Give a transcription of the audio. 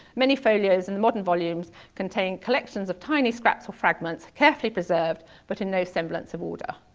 many folios in the modern volumes contain collections of tiny scraps or fragments carefully preserved but in no semblance of order.